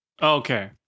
Okay